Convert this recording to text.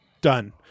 done